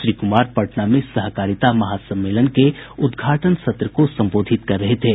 श्री कुमार पटना में सहकारिता महासम्मेलन के उदघाटन सत्र को संबोधित कर रहे थे